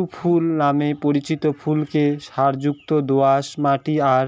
পাঁচু ফুল নামে পরিচিত ফুলকে সারযুক্ত দোআঁশ মাটি আর